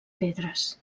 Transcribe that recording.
pedres